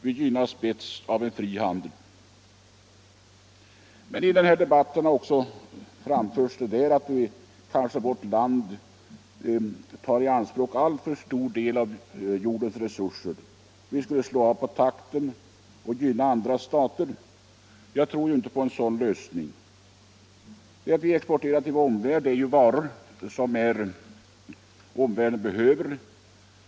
Vi gynnas bäst av en fri handel. I debatten har också sagts att vårt land kanske tar i anspråk en för stor del av jordens resurser. Vi skulle slå av på takten och därmed gynna andra stater. Jag tror inte på en sådan lösning. Det vi exporterar är ju varor som omvärlden behöver.